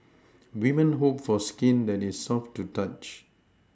women hope for skin that is soft to the touch